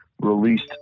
released